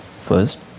First